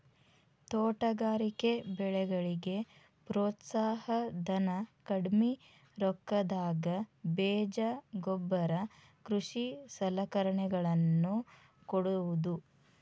ತೋಟಗಾರಿಕೆ ಬೆಳೆಗಳಿಗೆ ಪ್ರೋತ್ಸಾಹ ಧನ, ಕಡ್ಮಿ ರೊಕ್ಕದಾಗ ಬೇಜ ಗೊಬ್ಬರ ಕೃಷಿ ಸಲಕರಣೆಗಳ ನ್ನು ಕೊಡುವುದು